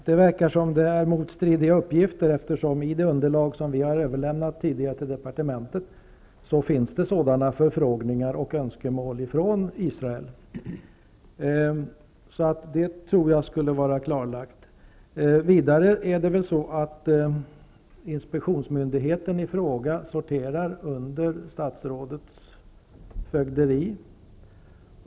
Herr talman! Det verkar finnas motstridiga uppgifter. I det underlag som vi tidigare har överlämnat till departementet finns det sådana förfrågningar och önskemål från Israel. Det tror jag är klarlagt. Vidare sorterar inspektionsmyndigheten i fråga under statsrådets fögderi.